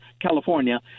California